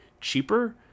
cheaper